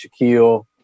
Shaquille